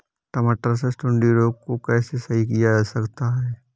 टमाटर से सुंडी रोग को कैसे सही किया जा सकता है?